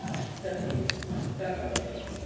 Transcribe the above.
अष्ट तिम् अष्टनवतिः